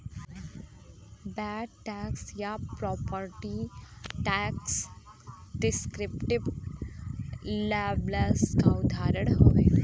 VAT set या property tax descriptive labels क उदाहरण हउवे